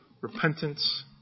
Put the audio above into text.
repentance